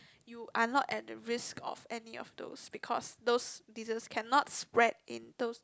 you are not at the risk of any of those because those diseases cannot spread in those